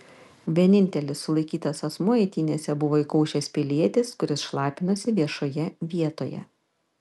vienintelis sulaikytas asmuo eitynėse buvo įkaušęs pilietis kuris šlapinosi viešoje vietoje